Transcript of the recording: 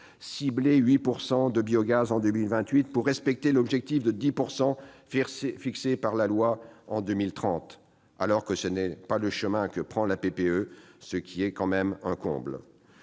cibler 8 % de biogaz en 2028 pour respecter l'objectif des 10 % fixé par la loi en 2030, alors que ce n'est pas le chemin que prend la PPE, ce qui est quand même un comble